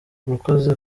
urakoze